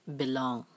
belong